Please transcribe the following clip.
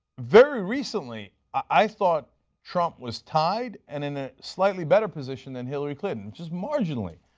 very recently i thought trump was tied and in a slightly better position than hillary clinton, just marginally.